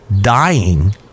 Dying